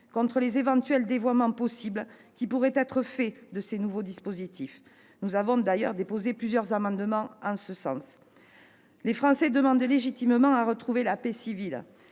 contre d'éventuels dévoiements de ces nouveaux dispositifs. Nous avons d'ailleurs déposé plusieurs amendements en ce sens. Les Français demandent légitimement à retrouver la paix civile.